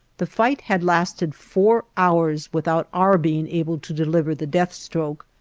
the fight had lasted four hours without our being able to deliver the death stroke.